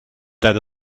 that